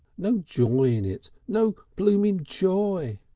no joy in it, no blooming joy!